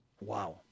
Wow